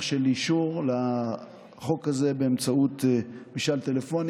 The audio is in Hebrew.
של אישור החוק הזה באמצעות משאל טלפוני,